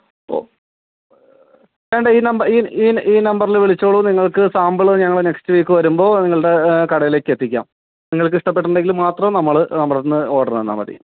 ഓ വേണ്ട ഈ നമ്പർ ഈ ഈ ഈ നമ്പറിൽ വിളിച്ചോളൂ നിങ്ങൾക്ക് സാമ്പിൾ ഞങ്ങൾ നെക്സ്റ്റ് വീക്ക് വരുമ്പോൾ നിങ്ങളുടെ കടയിലേക്ക് എത്തിക്കാം നിങ്ങൾക്ക് ഇഷ്ടപ്പെട്ടിട്ടുണ്ടെങ്കിൽ മാത്രം നമ്മൾ നമ്മുടെയടുത്തുനിന്ന് ഓർഡറ് തന്നാൽ മതി